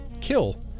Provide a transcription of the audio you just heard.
kill